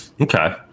Okay